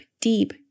deep